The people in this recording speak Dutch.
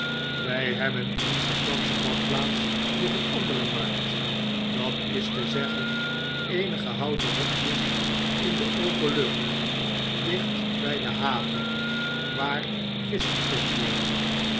wij hebben in onze fransche badplaatsnog eeti andere markt dat is te zeggen eenige houten hokjes in de open lucht dicht by de haven waar visch verkocht wordt